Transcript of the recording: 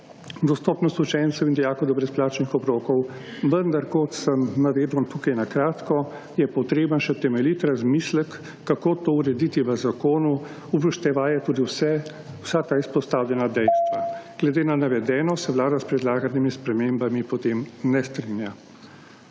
dostopnost učencev in dijakov do brezplačnih obrokov, vendar kot sem navedel tukaj na kratko, je potreben še temeljit razmislek, kako to urediti v zakonu, upoštevaje tudi vsa ta izpostavljena dejstva / znak za konec razprave/. Glede na navedeno se vlada s predlaganimi spremembami potem ne strinja.